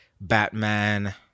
Batman